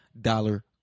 Dollar